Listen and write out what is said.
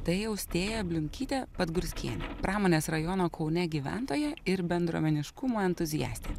tai austėja bliumkytė padgurskienė pramonės rajono kaune gyventoja ir bendruomeniškumo entuziastė